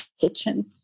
kitchen